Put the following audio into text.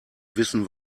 wissen